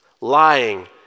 lying